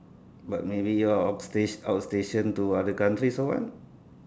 but maybe you are out statio~ out station to other countries or what